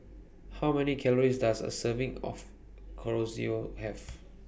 How Many Calories Does A Serving of Chorizo Have